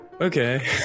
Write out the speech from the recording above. Okay